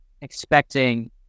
expecting